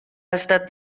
estat